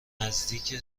نزدیک